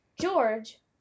George